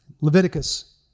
Leviticus